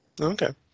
Okay